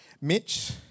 Mitch